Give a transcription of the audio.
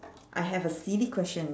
I have a silly question